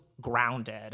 grounded